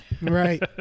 Right